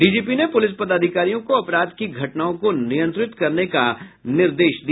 DGP ने police पदाधिकारियों को अपराध की घटनाओं को नियंत्रित करने का निर्देश दिया